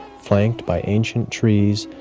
flanked by ancient trees,